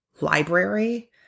library